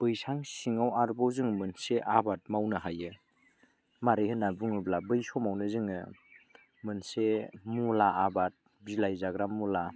बैसां सिङाव आरोबाव जों मोनसे आबाद मावनो हायो मारै होनना बुङोब्ला बै समावनो जोङो मोनसे मुला आबाद बिलाइ जाग्रा मुला